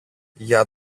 για